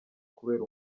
kubera